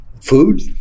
food